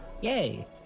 Yay